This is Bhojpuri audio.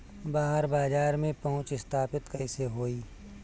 बाहर बाजार में पहुंच स्थापित कैसे होई?